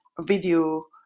video